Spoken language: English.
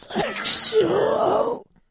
sexual